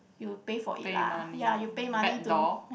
you pay for it lah ya you pay money to